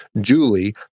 Julie